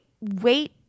wait